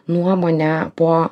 nuomonę po